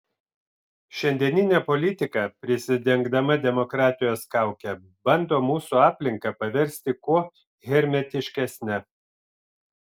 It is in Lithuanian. šiandieninė politika prisidengdama demokratijos kauke bando mūsų aplinką paversti kuo hermetiškesne